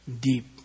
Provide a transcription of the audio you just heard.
deep